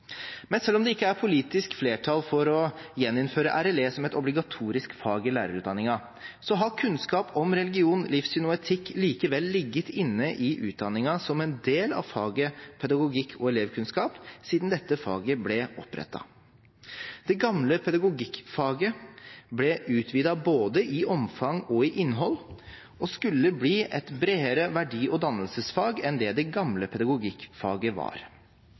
Men selv om det ikke er politisk flertall for å gjeninnføre RLE som et obligatorisk fag i lærerutdanningen, så har kunnskap om religion, livssyn og etikk likevel ligget inne i utdanningen som en del av faget pedagogikk og elevkunnskap siden dette faget ble opprettet. Det gamle pedagogikkfaget ble utvidet både i omfang og i innhold og skulle bli et bredere verdi- og dannelsesfag enn det det gamle pedagogikkfaget var.